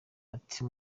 ati